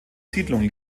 siedlung